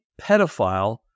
pedophile